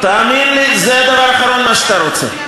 תאמין לי, זה הדבר האחרון שאתה רוצה.